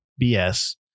BS